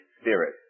spirit